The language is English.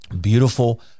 beautiful